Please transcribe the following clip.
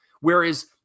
Whereas